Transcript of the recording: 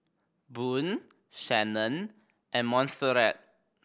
Boone Shannon and Monserrat